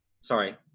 Sorry